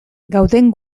gauden